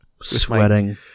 sweating